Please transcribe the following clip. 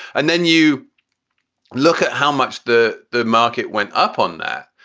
and then you look at how much the the market went up on that.